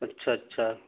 اچھا اچھا